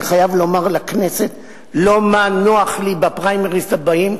אני חייב לומר לכנסת לא מה נוח לי בפריימריס הבאים,